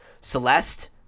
celeste